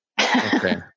Okay